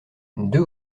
deux